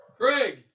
Craig